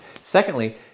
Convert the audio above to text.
Secondly